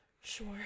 Sure